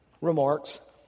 remarks